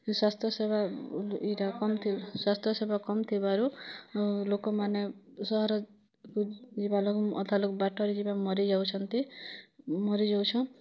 ସ୍ୱାସ୍ଥ୍ୟ ସେବା ଇ'ଟା କହନ୍ତି ସ୍ୱାସ୍ଥ୍ୟ ସେବା କମ୍ ଥିବାରୁ ଲୋକ୍ମାନେ ସହର କୁ ଯିବାର୍ ଲୋକ୍ ଅଧା ଲୋକ୍ ବାଟରେ ଯେବେ ମରି ଯାଉଛନ୍ତି ମରିଯାଉଛନ୍